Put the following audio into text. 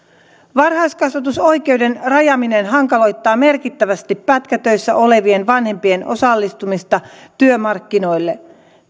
varhaiskasvatusoikeuden rajaaminen hankaloittaa merkittävästi pätkätöissä olevien vanhempien osallistumista työmarkkinoille